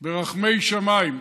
ברחמי שמיים.